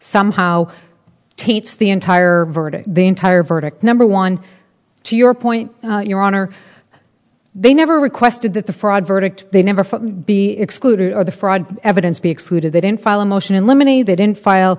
somehow taints the entire verdict the entire verdict number one to your point your honor they never requested that the fraud verdict they never be excluded or the fraud evidence be excluded they didn't file a motion in limine a that in file